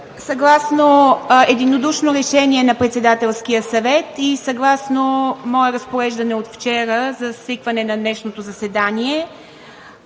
съгласно единодушно решение на Председателския съвет и съгласно мое разпореждане от вчера за свикване на днешното заседание